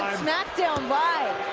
smackdown live.